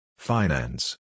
Finance